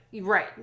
right